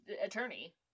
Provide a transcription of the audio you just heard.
attorney